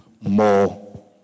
more